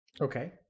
Okay